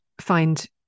find